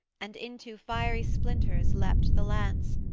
and into fiery splinters leapt the lance,